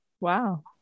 Wow